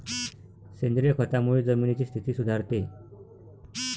सेंद्रिय खतामुळे जमिनीची स्थिती सुधारते